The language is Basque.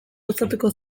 luzatuko